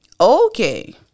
Okay